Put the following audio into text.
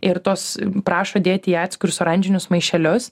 ir tos prašo dėti į atskirus oranžinius maišelius